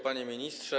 Panie Ministrze!